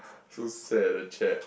so sad the chat